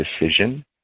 decision